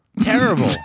Terrible